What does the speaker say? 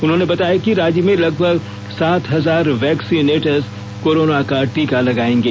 उन्होंने बताया कि राज्य में लगभग सात हजार वैक्सीनेटर्स कोरोना का टीका लगाएंगे